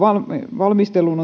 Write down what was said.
valmisteluun